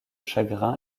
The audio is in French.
chagrin